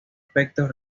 aspectos